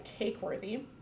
Cakeworthy